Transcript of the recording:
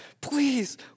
please